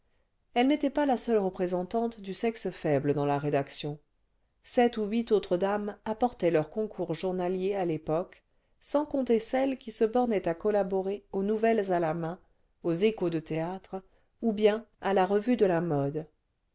elle n'était pas la seule représentante du sexe faible dans la rédaction sept ou huit autres dames apportaient leur concours journalier à yépoqucj sans compter celles qui se bornaient à collaborer aux nouvelles à la main aux échos de théâtre ou bien à la revue de la mode